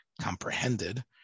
comprehended